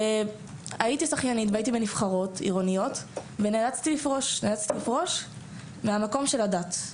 הייתי בנבחרות עירוניות ונאלצתי לפרוש מהמקום של הדת.